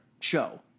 show